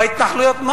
בהתנחלויות.